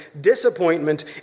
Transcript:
disappointment